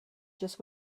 just